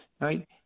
Right